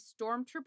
Stormtrooper